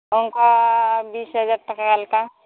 ᱚᱱᱠᱟ ᱵᱤᱥ ᱦᱟᱡᱟᱨ ᱴᱟᱠᱟ ᱞᱮᱠᱟ